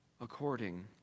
according